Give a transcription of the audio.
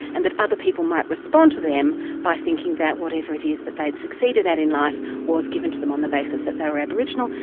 and that other people might respond to them by thinking that whatever it is that they'd succeeded at in life was given to them on the basis that they were aboriginal.